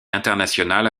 international